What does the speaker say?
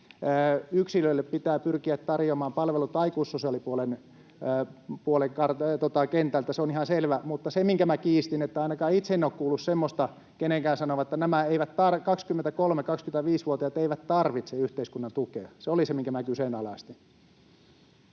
yksilöille pitää pyrkiä tarjoamaan palvelut aikuissosiaalipuolen kentältä. Se on ihan selvä. Mutta sen minä kiistin, että ainakaan itse en ole kuullut semmoista kenenkään sanovan, että nämä 23—25-vuotiaat eivät tarvitse yhteiskunnan tukea. Se oli se, minkä minä kyseenalaistin.